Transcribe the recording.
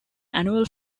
annual